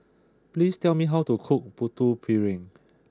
please tell me how to cook Putu Piring